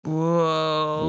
Whoa